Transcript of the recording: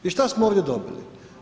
I što smo ovdje dobili?